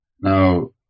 Now